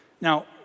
Now